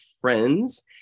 Friends